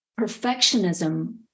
perfectionism